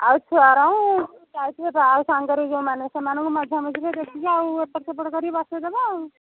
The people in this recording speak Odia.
ଆଉ ଛୁଆରାଙ୍କୁ ଯାଇଥିବେ ତ ଆଉ ସାଙ୍ଗରେ ଯୋଉମାନେ ସେମାନଙ୍କୁ ମଝାମଝିରେ ଦେଖିକି ଆଉ ଏପଟ ସେପଟ କରିକି ବସେଇଦବା ଆଉ